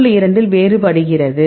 2 இல் வேறுபடுகிறது